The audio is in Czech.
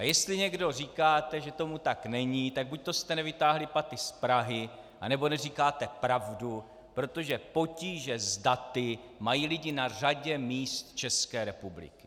Jestli někdo říkáte, že tomu tak není, tak buďto jste nevytáhli paty z Prahy, anebo neříkáte pravdu, protože potíže s daty mají lidé na řadě míst České republiky.